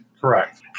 Correct